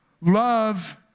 Love